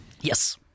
Yes